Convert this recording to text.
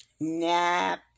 Nap